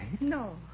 No